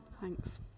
Thanks